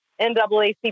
NAACP